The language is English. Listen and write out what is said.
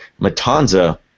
Matanza